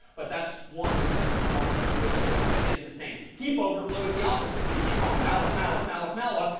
but that's one of the forms from which the website gets its name. heap overflow is the opposite. when you keep calling malloc, malloc, malloc, malloc,